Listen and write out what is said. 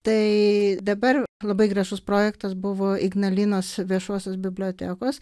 tai dabar labai gražus projektas buvo ignalinos viešosios bibliotekos